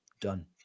done